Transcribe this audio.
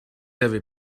avez